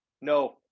no